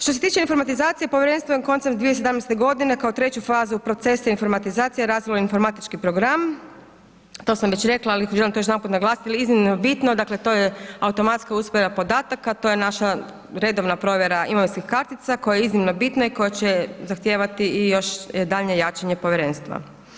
Što se tiče informatizacije povjerenstvo je koncem 2017. godine kao treću fazu procesa informatizacije razvilo informatički program, to sam već rekla ali želim to još jedanput naglasiti jer je iznimno bitno, dakle to je automatska usporedba podataka, to je naša redovna provjera imovinskih kartica koja je iznimno bitna i koja će zahtijevati i još daljnje jačanje povjerenstva.